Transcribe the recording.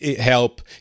help